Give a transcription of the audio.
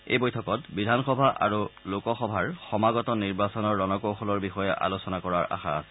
এই বৈঠকত বিধানসভা আৰু লোকসভাৰ সমাগত নিৰ্বাচনৰ ৰণকৌশলৰ বিষয়ে আলোচনা কৰাৰ আশা আছে